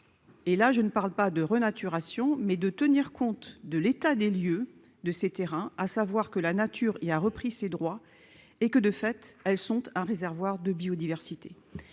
et là je ne parle pas de renaturation mais de tenir compte de l'état des lieux de ces terrains, à savoir que la nature, il a repris ses droits et que de fait, elles sont un réservoir de biodiversité